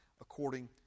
according